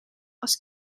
als